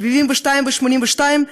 72 ו-82,